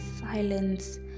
silence